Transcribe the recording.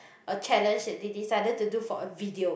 a challenge that they decided to do for a video